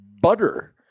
butter